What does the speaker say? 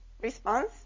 response